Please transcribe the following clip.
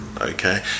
okay